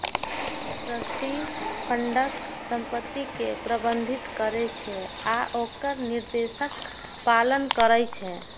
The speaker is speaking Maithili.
ट्रस्टी फंडक संपत्ति कें प्रबंधित करै छै आ ओकर निर्देशक पालन करै छै